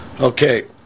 Okay